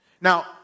Now